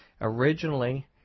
Originally